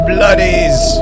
Bloodies